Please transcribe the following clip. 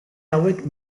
hauek